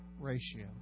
ratio